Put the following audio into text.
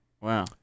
Wow